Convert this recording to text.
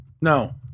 no